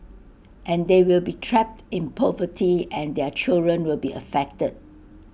and they will be trapped in poverty and their children will be affected